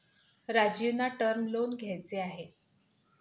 राजीवना term loan घ्यायचे आहे